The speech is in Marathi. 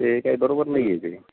ते काय बरोबर नाही आहे ते